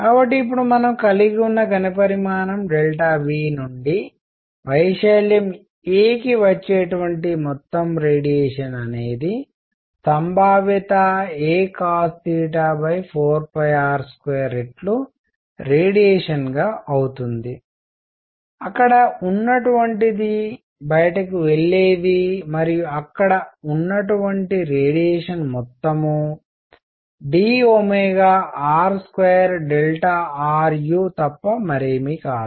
కాబట్టి ఇప్పుడు మనం కలిగివున్న ఘణపరిమాణం V నుండి వైశాల్యం a కి వచ్చేటువంటి మొత్తం రేడియేషన్ అనేది సంభావ్యత acos4r2రెట్లు రేడియేషన్ అవుతుంది అక్కడ ఉన్నటువంటిది బయటికి వెళ్ళేది మరియు అక్కడ ఉన్నటువంటి రేడియేషన్ మొత్తం dr2ru తప్ప మరేమీ లేదు